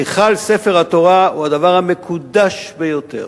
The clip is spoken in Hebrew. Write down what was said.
היכל ספר התורה הוא הדבר המקודש ביותר,